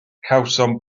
cawsom